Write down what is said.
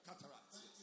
Cataracts